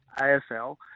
AFL